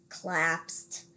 collapsed